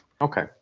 okay